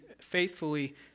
faithfully